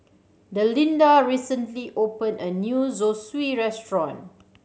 Delinda recently opened a new Zosui Restaurant